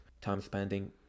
time-spending